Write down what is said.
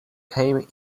came